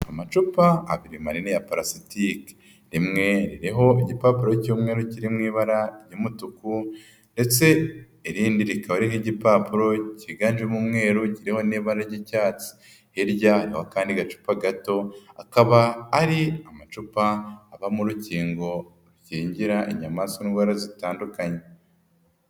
Amacupa abiri manini ya palasitiki, rimwe ririho igipapuro cy'umweru kiri mu ibara ry'umutuku ndetse irindi rikaba ririho igipapuro kiganjemo umweru cyiriho n'ibara ry'icyatsi, hiriho akandi gacupa gato akaba ari amacupa abamo urukingo rukingira inyamaswadwara zitandukanye.